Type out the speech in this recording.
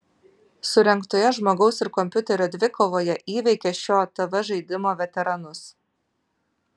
surengtoje žmogaus ir kompiuterio dvikovoje įveikė šio tv žaidimo veteranus